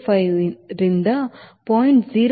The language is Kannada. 05 ರಿಂದ 0